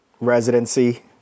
residency